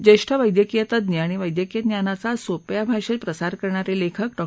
ज्येष्ठ वैद्यकीय तज्ञ आणि वैद्यकीय ज्ञानाचा सोप्या भाषेत प्रसार करणारे लेखक डॉ